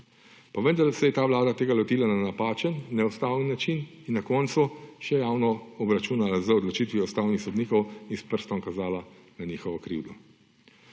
Pa vendar se je ta vlada lotila na napačen in enostaven način in na koncu še javno obračunala z odločitvijo ustavnih sodnikov in s prstom kazala na njihovo krivdo.